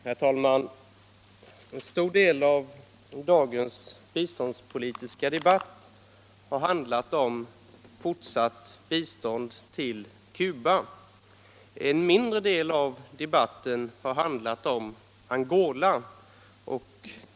Herr talman! En stor del av dagens biståndspolitiska debatt har handlat om fortsatt bistånd till Cuba. En mindre del av debatten har handlat om Angola.